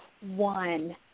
one